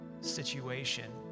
situation